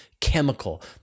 chemical